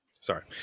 Sorry